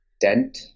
DENT